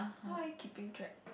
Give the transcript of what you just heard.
how are you keeping track